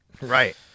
Right